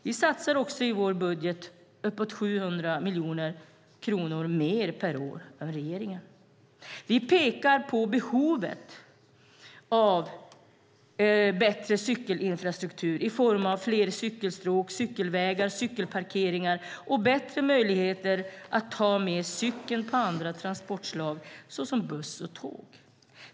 Vi satsar också i vår budget upp mot 700 miljoner kronor mer per år än regeringen. Vi pekar på behovet av bättre cykelinfrastruktur i form av fler cykelstråk, cykelvägar och cykelparkeringar och bättre möjligheter att ta med cykeln på andra transportslag såsom buss och tåg.